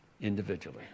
individually